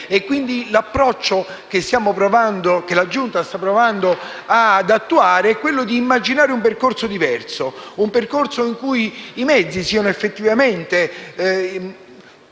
L'approccio che la Giunta sta provando ad attuare è immaginare un percorso diverso, in cui i mezzi siano effettivamente